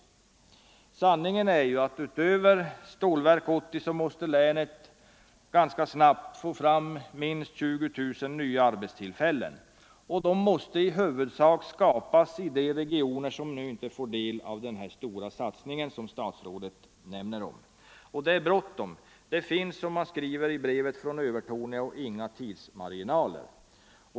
Sanningen är att utöver Stålverk 80 måste länet ganska snabbt få fram minst 20 000 nya arbetstillfällen, och de måste skapas i de regioner som nu inte får del av den stora satsning som statsrådet nämner. Och det är bråttom, det finns, som man skriver i brevet från Övertorneå, inga tidsmarginaler.